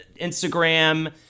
Instagram